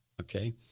Okay